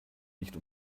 nicht